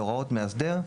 בהוראות מאסדר,